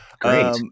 great